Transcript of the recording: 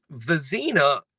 Vizina